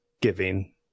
giving